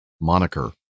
moniker